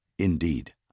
Indeed